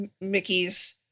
Mickey's